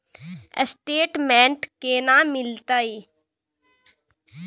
Statement केना मिलते?